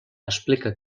explica